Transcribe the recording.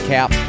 Cap